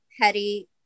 petty